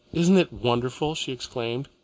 isn't it wonderful! she exclaimed.